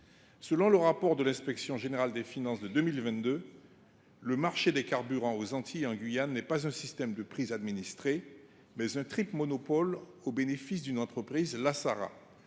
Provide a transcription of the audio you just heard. Selon le rapport de l’inspection générale des finances (IGF) de 2022, le marché des carburants aux Antilles et en Guyane est non pas un système de prix administrés, mais un triple monopole au bénéfice d’une entreprise, la Sara